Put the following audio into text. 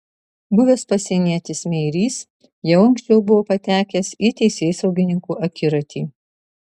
buvęs pasienietis meirys jau anksčiau buvo patekęs į teisėsaugininkų akiratį